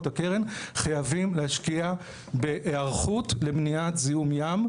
הקרן חייבים להשקיע בהערכות למניעת זיהום ים,